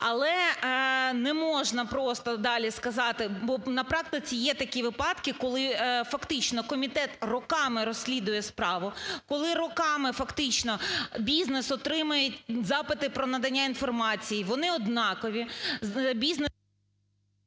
Але не можна просто далі сказати, бо на практиці є такі випадки, коли фактично комітет роками розслідує справу, коли роками фактично бізнес отримує запити про надання інформації. Вони однакові…